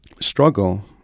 Struggle